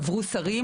עברו שרים,